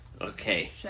Okay